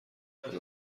کنم